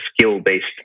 skill-based